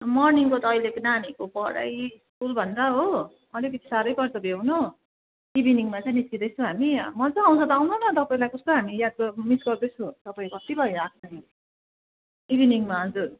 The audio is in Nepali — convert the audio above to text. मर्निङको त अहिलेको नानीहरूको पढाइ स्कुल भन्दा हो अलिकति साह्रै पर्छ भ्याउनु इभिनिङमा चाहिँ निस्किँदै छु हामी मजा आउँछ त आउनु न तपाईँलाई कस्तो हामी याद ग मिस गर्दैछु तपाईँ कत्ति भयो आएको छैन इभिनिङमा हजुर